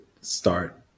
start